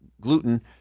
gluten